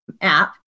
app